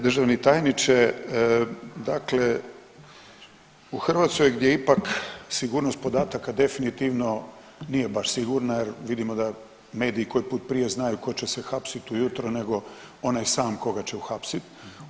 Državni tajniče, dakle u Hrvatskoj gdje ipak sigurnost podataka definitivno nije baš sigurna jer vidimo da mediji koji put prije znaju tko će se hapsiti ujutro nego onaj sam koga će uhapsiti.